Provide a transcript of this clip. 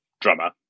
drummer